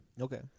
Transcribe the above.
Okay